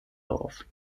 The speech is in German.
auf